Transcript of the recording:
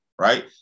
Right